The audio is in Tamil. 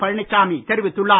பழனிச்சாமி தெரிவித்துள்ளார்